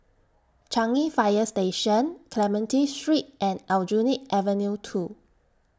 Changi Fire Station Clementi Street and Aljunied Avenue two